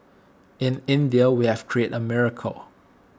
in India we have created A miracle